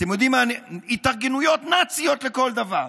אתם יודעים מה, התארגנויות נאציות לכל דבר,